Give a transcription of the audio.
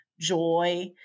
joy